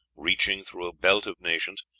reaching through a belt of nations,